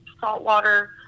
saltwater